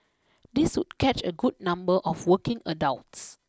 this would catch a good number of working adults